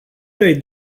noi